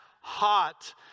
hot